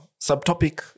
subtopic